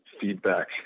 feedback